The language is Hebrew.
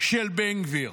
של בן גביר,